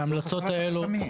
ההמלצות האלו --- הסרת החסמים.